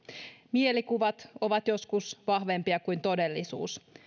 mielikuvat ovat joskus vahvempia kuin todellisuus